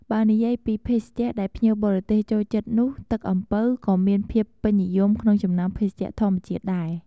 បើនិយាយពីភេសជ្ជៈដែលភ្ញៀវបរទេសចូលចិត្តនោះ ទឹកអំពៅក៏មានភាពពេញនិយមក្នុងចំណោមភេសជ្ជៈធម្មជាតិដែរ។